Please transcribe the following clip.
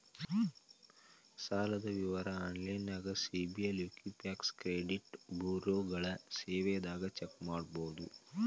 ಸಾಲದ್ ವಿವರ ಆನ್ಲೈನ್ಯಾಗ ಸಿಬಿಲ್ ಇಕ್ವಿಫ್ಯಾಕ್ಸ್ ಕ್ರೆಡಿಟ್ ಬ್ಯುರೋಗಳ ಸೇವೆದಾಗ ಚೆಕ್ ಮಾಡಬೋದು